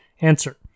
Answer